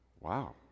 wow